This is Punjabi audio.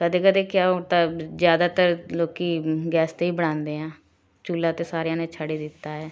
ਕਦੇ ਕਦੇ ਕਿਆ ਹੁਣ ਤਾਂ ਜ਼ਿਆਦਾਤਰ ਲੋਕ ਗੈਸ 'ਤੇ ਹੀ ਬਣਾਉਂਦੇ ਹੈ ਚੁੱਲ੍ਹਾ ਤਾਂ ਸਾਰਿਆਂ ਨੇ ਛੱਡ ਹੀ ਦਿੱਤਾ ਹੈ